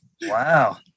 wow